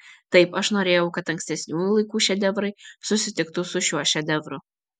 taip aš norėjau kad ankstesniųjų laikų šedevrai susitiktų su šiuo šedevru